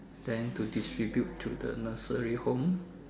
then to distribute to the nursery home